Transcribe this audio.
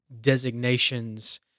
designations